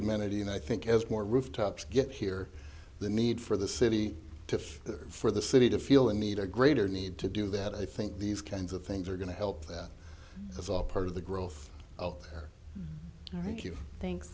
amenity and i think as more rooftops get here the need for the city to for the city to feel a need a greater need to do that i think these kinds of things are going to help that is all part of the growth out there and i think you think